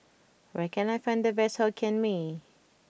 where can I find the best Hokkien Mee